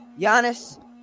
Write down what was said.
Giannis